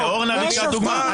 תן דוגמה,